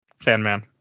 Sandman